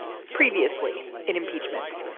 previously in impeachment